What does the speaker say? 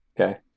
Okay